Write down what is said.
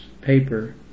paper